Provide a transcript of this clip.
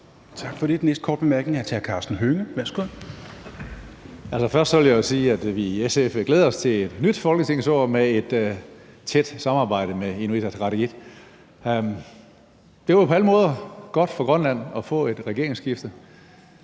Karsten Hønge (SF): Først vil jeg sige, at vi i SF glæder os til et nyt folketingsår med et tæt samarbejde med Inuit Ataqatigiit. Det var på alle måder godt for Grønland at få et regeringsskifte.